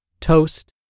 toast